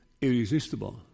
irresistible